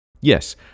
Yes